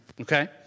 okay